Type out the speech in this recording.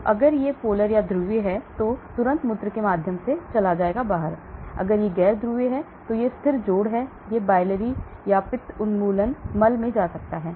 तो अगर यह ध्रुवीय है तो तुरंत मूत्र के माध्यम से चला जाता है अगर यह गैर ध्रुवीय है तो ये स्थिर जोड़ हैं यह पित्त उन्मूलन मल में जा सकता है